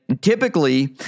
Typically